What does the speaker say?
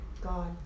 God